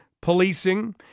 policing